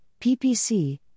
PPC